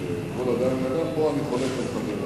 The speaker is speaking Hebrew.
בנסיעות שהוא עשה לברלין כדי לשכנע אותו בנחיצות של מה שהוגדר אחר